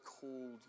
called